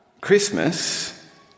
Christmas